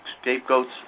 scapegoats